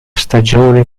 stagione